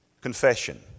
confession